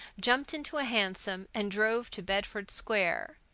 jumped into a hansom, and drove to bedford square.